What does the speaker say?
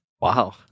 Wow